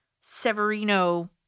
Severino